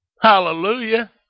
Hallelujah